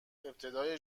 ابتدای